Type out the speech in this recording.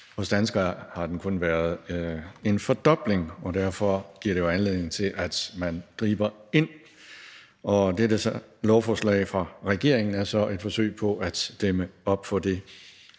Hos danskere er der kun sket en fordobling, og derfor giver det anledning til, at man griber ind, og dette lovforslag fra regeringen er så et forsøg på at dæmme op for det.